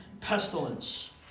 pestilence